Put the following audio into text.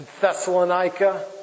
Thessalonica